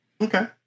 okay